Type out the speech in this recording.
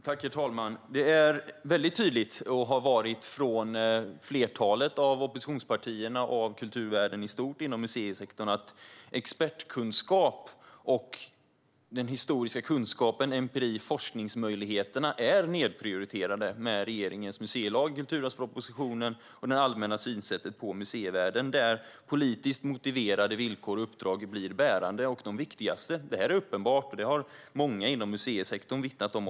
Herr talman! Det är väldigt tydligt från kulturvärlden i stort och inom museisektorn, liksom från flertalet av oppositionspartierna, att expertkunskap, den historiska kunskapen, empiri och forskningsmöjligheterna är nedprioriterade med regeringens museilag, kulturarvspropositionen och det allmänna synsättet på museivärlden. Politiskt motiverade villkor och uppdrag blir bärande och de viktigaste. Det är uppenbart, och det har också många inom museisektorn vittnat om.